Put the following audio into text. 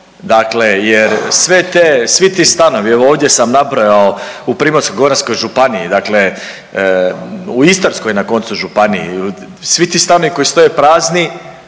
sve te, svi ti stanovi, evo ovdje sam nabrojao u Primorsko-goranskoj županiji, dakle u Istarskoj na koncu županiji, svi ti stanovi koji stoje prazni,